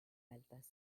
altas